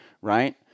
right